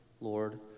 Lord